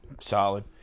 solid